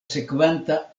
sekvanta